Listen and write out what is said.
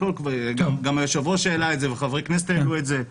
גם היושב-ראש העלה את זה וחברי הכנסת העלו את זה.